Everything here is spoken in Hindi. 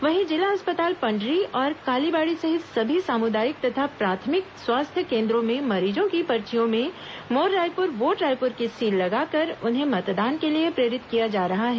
वहीं जिला अस्पताल पंडरी और कालीबाड़ी सहित सभी सामुदायिक तथा प्राथमिक स्वास्थ्य केन्द्रों में मरीजों की पर्चियों में मोर रायपुर वोट रायपुर की सील लगाकर उन्हें मतदान के लिए प्रेरित किया जा रहा है